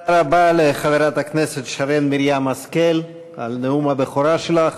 תודה רבה לחברת הכנסת שרן מרים השכל על נאום הבכורה שלך,